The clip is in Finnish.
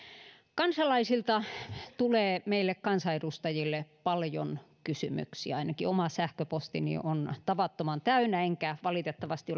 kansalaisilta tulee meille kansanedustajille paljon kysymyksiä ainakin oma sähköpostini on tavattoman täynnä enkä valitettavasti